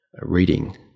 reading